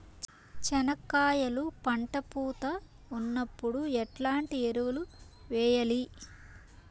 చెనక్కాయలు పంట పూత ఉన్నప్పుడు ఎట్లాంటి ఎరువులు వేయలి?